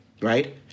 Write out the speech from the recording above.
right